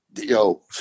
yo